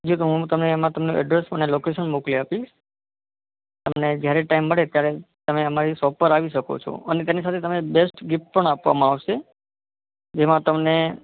એમાં હું તમને અડ્રેસ અને લોકેશન મોકલી આપીશ અને જ્યારે ટાઈમ મળે ત્યારે તમે અમારી શૉપ પર આવી શકો છો અને એની સાથે તમને બૅસ્ટ ગિફ્ટ પણ આપવામાં આવશે જેમાં તમને